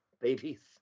babies